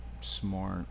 smart